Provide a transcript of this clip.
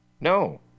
No